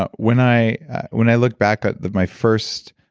ah when i when i look back at my first,